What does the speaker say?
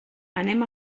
anem